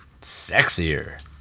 sexier